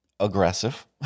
Aggressive